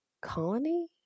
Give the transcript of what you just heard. colony